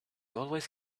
always